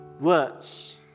words